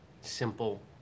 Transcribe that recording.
Simple